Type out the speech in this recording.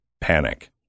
panic